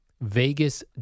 vegas